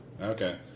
Okay